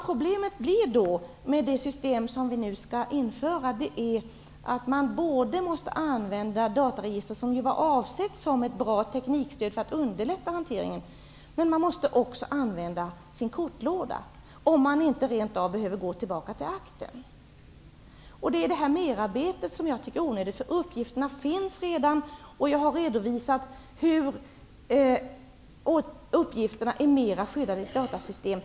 Problemet med det system som vi nu skall införa blir att man måste använda både dataregistret, som ju var avsett som ett bra teknikstöd för att underlätta hanteringen, och kortlådan -- kanske behöver man rent av gå tillbaka till akten i fråga. Jag tycker att detta merarbete är onödigt. Uppgifterna finns ju redan. Jag har redovisat på vilket sätt uppgifterna är mera skyddade i ett datasystem.